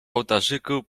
ołtarzyku